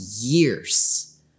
years